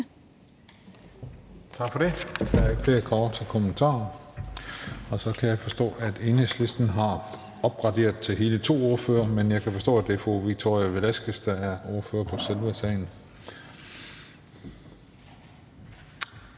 Tak for det.